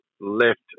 left